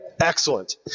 Excellent